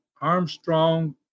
Armstrong